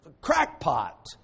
crackpot